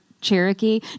Cherokee